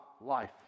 life